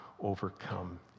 overcome